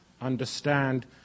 understand